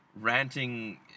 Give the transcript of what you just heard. ranting